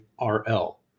RL